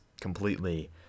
completely